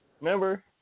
Remember